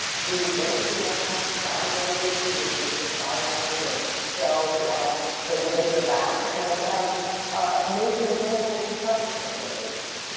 who went to the archives, found writers who had been just sidelined and shelved you know way in the back and um ah made them available to subsequent generations.